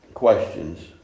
questions